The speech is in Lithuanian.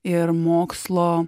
ir mokslo